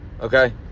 Okay